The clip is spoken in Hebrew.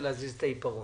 אנחנו